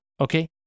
okay